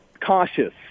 cautious